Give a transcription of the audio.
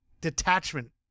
detachment